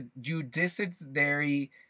judiciary